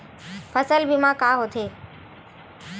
फसल बीमा का होथे?